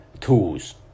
tools